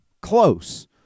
close